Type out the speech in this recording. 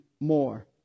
more